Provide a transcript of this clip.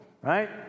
right